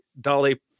dolly